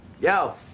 Yo